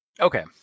Okay